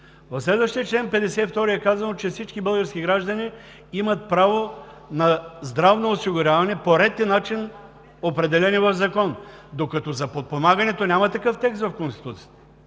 В следващия чл. 52 е казано, че всички български граждани имат право на здравно осигуряване по ред и начин, определени в закон, докато за подпомагането няма такъв текст в Конституцията.